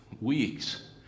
weeks